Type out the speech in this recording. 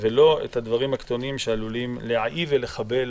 ולא את הדברים הקטנים שעלולים להעיב ולחבל